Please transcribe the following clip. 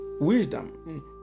Wisdom